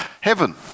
heaven